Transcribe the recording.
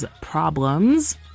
Problems